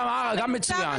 גם מצוין.